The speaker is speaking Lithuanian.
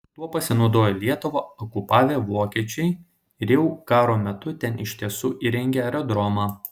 tuo pasinaudojo lietuvą okupavę vokiečiai ir jau karo metu ten iš tiesų įrengė aerodromą